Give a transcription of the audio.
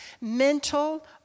Mental